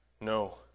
No